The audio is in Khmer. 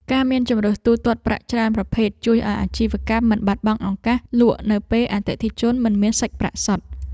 ការមានជម្រើសទូទាត់ប្រាក់ច្រើនប្រភេទជួយឱ្យអាជីវកម្មមិនបាត់បង់ឱកាសលក់នៅពេលអតិថិជនមិនមានសាច់ប្រាក់សុទ្ធ។